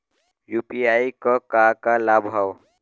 UPI क का का लाभ हव?